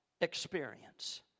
experience